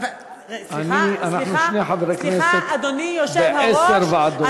אנחנו שני חברי כנסת בעשר ועדות.